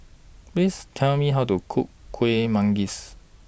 Please Tell Me How to Cook Kueh Manggis